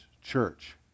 Church